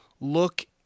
look